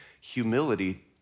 humility